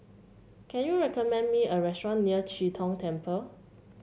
can you recommend me a restaurant near Chee Tong Temple